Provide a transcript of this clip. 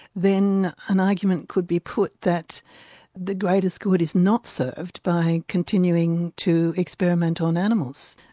then an argument could be put that the greatest good is not served by continuing to experiment on animals.